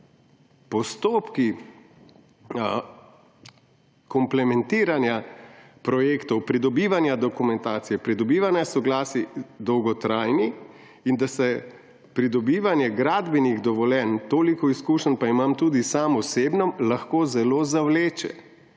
postopki komplementiranja projektov, pridobivanja dokumentacije, pridobivanja soglasij dolgotrajni in da se pridobivanje gradbenih dovoljenj, toliko izkušenj pa imam tudi sam osebno, lahko zelo zavleče.